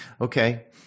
okay